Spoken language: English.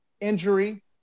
injury